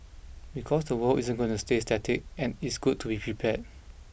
because the world isn't gonna stay static and it's good to be prepared